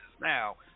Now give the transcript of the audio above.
now